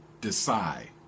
decide